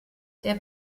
der